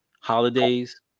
holidays